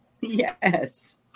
Yes